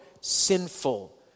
sinful